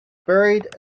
buried